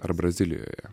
ar brazilijoje